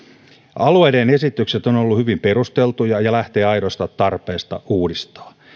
alueiden esitykset ovat olleet hyvin perusteltuja ja lähtevät aidosta tarpeesta uudistaa